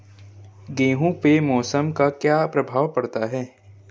गेहूँ पे मौसम का क्या प्रभाव पड़ता है?